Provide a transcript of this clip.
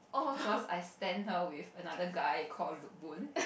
because I stan her with another guy called lookboon